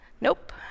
Nope